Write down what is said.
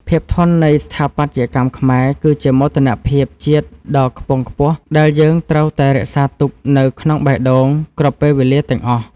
ភាពធន់នៃស្ថាបត្យកម្មខ្មែរគឺជាមោទនភាពជាតិដ៏ខ្ពង់ខ្ពស់ដែលយើងត្រូវតែរក្សារទុកនៅក្នុងបេះដូងគ្រប់ពេលវេលាទាំងអស់។